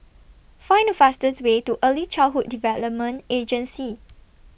Find The fastest Way to Early Childhood Development Agency